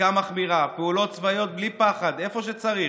חקיקה מחמירה, פעולות צבאיות בלי פחד, איפה שצריך.